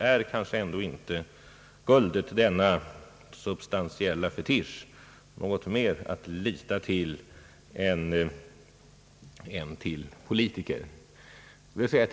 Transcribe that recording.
Är inte guldet, denna »substantiella fetisch», något mera att lita till än till politiker, frågar herr Jacobsson.